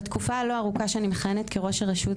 בתקופה הלא-ארוכה שאני מכהנת כראש הרשות,